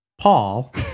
Paul